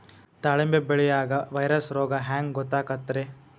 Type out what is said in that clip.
ದಾಳಿಂಬಿ ಬೆಳಿಯಾಗ ವೈರಸ್ ರೋಗ ಹ್ಯಾಂಗ ಗೊತ್ತಾಕ್ಕತ್ರೇ?